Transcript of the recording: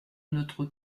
notre